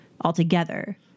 altogether